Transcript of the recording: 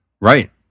Right